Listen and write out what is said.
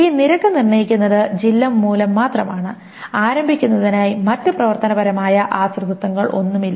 ഈ നിരക്ക് നിർണ്ണയിക്കുന്നത് ജില്ല മൂലം മാത്രമാണ് ആരംഭിക്കുന്നതിനായി മറ്റ് പ്രവർത്തനപരമായ ആശ്രിതത്വങ്ങളൊന്നുമില്ല